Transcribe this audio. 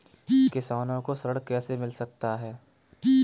किसानों को ऋण कैसे मिल सकता है?